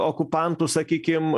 okupantų sakykim